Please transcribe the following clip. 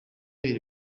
iri